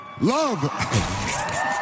Love